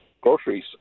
groceries